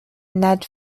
ned